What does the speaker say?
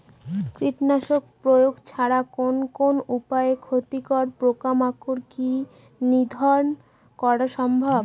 কীটনাশক প্রয়োগ ছাড়া কোন কোন উপায়ে ক্ষতিকর পোকামাকড় কে নিধন করা সম্ভব?